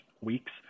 weeks